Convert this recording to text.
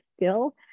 skill